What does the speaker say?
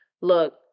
look